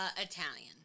Italian